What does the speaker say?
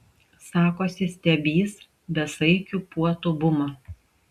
sakosi stebįs besaikių puotų bumą